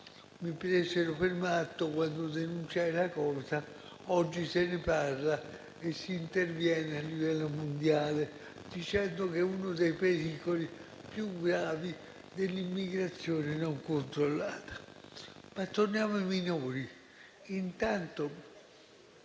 Mi presero per matto quando denunciai la cosa. Oggi se ne parla e si interviene a livello mondiale, riconoscendo che è uno dei pericoli più gravi dell'immigrazione non controllata. Ma torniamo ai minori.